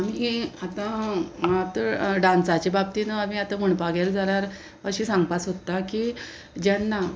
आमी आतां आतां डांसाच्या बाबतींत आमी आतां म्हणपाक गेले जाल्यार अशें सांगपा सोदता की जेन्ना